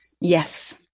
Yes